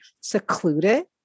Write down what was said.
secluded